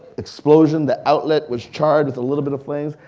explosion, the outlet was charged with a little bit of flames.